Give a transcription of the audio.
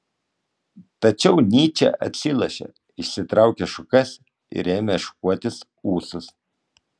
tačiau nyčė atsilošė išsitraukė šukas ir ėmė šukuotis ūsus